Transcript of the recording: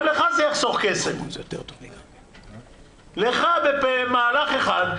גם לך זה יחסוך כסף, לך במהלך אחד,